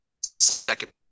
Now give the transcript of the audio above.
second